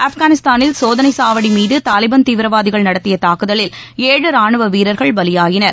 ஆப்கானிஸ்தானில் சோதனைச் சாவடி மீது தாலிபான் தீவிரவாதிகள் நடத்திய தாக்குதலில் ஏழு ரானுவ வீரர்கள் பலியாயினர்